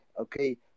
okay